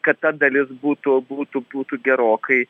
kad ta dalis būtų būtų būtų gerokai